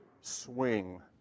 swing